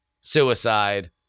suicide